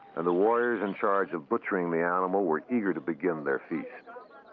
and the warriors in charge of butchering the animal were eager to begin their feast.